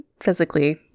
physically